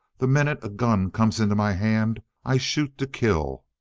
the minute a gun comes into my hand i shoot to kill,